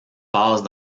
passe